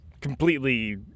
completely